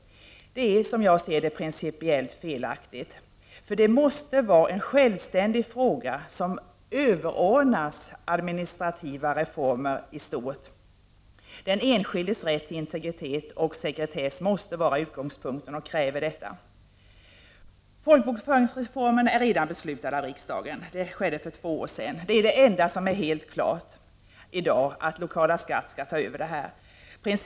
Enligt min mening är detta principiellt felaktigt. Integriteten måste definieras som en självständig fråga som i stort överordnas administrativa reformer. Den enskildes rätt till integritet och sekretess kräver detta och måste vara utgångspunkten. Folkbokföringsreformen är redan beslutad av riksdagen. Det skedde för två år sedan. Det enda som i dag är helt klart är, att lokala skattemyndigheten skall ta över folkbokföringen.